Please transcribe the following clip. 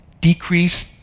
decrease